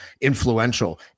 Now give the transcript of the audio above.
influential